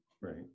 Right